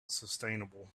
sustainable